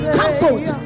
comfort